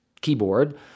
keyboard